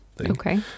Okay